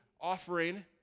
offering